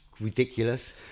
ridiculous